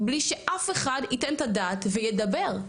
בלי שאף אחד ייתן את הדעת וידבר.